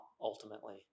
ultimately